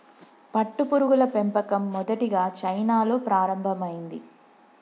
పట్టుపురుగుల పెంపకం మొదటిగా చైనాలో ప్రారంభమైంది